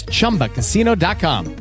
ChumbaCasino.com